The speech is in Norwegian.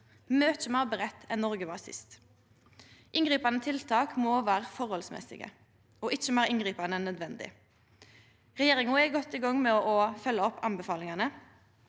mykje meir budde enn Noreg var sist. Inngripande tiltak må vera forholdsmessige og ikkje meir inngripande enn nødvendig. Regjeringa er godt i gang med å følgja opp anbefalingane.